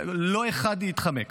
לא אחד יתחמק.